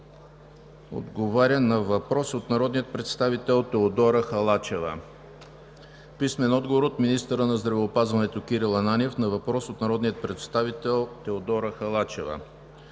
отговаря на въпрос от народния представител Теодора Халачева; - от министъра на здравеопазването Кирил Ананиев на въпрос от народния представител Теодора Халачева;